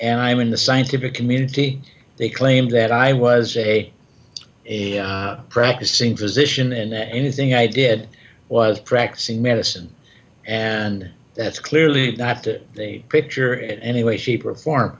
and i'm in the scientific community they claim that i was a practicing physician and that anything i did was practicing medicine and that's clearly not the picture at any way shape or form